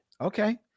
okay